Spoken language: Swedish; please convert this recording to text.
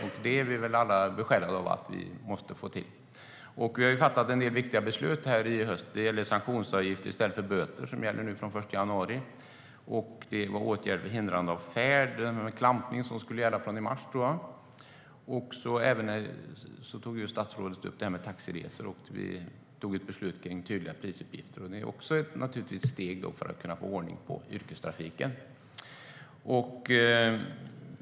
Vi är nog alla besjälade av att vi måste få till det. Vi har fattat en del viktiga beslut här i höst. Det handlar om sanktionsavgifter i stället för böter som gäller från den 1 januari. Det handlar om åtgärder för hindrande av färd - klampning - som jag tror ska gälla från mars. Statsrådet tog även upp frågan om taxiresor, och vi har tagit beslut om tydliga prisuppgifter. Det är också steg för att kunna få ordning på yrkestrafiken.